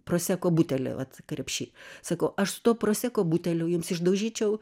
proseko butelį vat krepšy sakau aš su tuo proseko buteliu jums išdaužyčiau